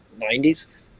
90s